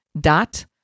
dot